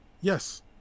Yes